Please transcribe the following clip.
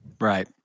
Right